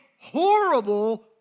horrible